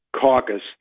caucus